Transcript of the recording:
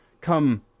come